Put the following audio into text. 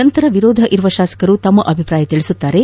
ನಂತರ ವಿರೋಧ ಇರುವ ಶಾಸಕರು ತಮ್ಮ ಅಭಿಪ್ರಾಯ ತಿಳಸುತ್ತಾರೆ